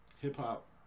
hip-hop